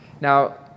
Now